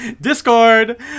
discord